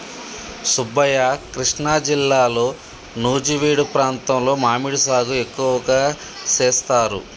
సుబ్బయ్య కృష్ణా జిల్లాలో నుజివీడు ప్రాంతంలో మామిడి సాగు ఎక్కువగా సేస్తారు